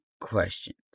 questions